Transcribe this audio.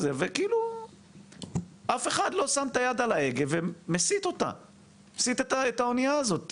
וכאילו אף אחד לא שם את היד על ההגה ומסיט את האונייה הזאת